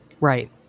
Right